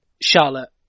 Charlotte